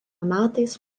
metais